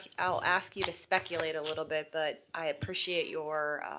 i'll ask you to speculate a little bit, but i appreciate your